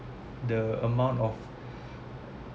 the amount of